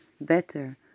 better